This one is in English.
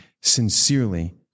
Sincerely